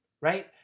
right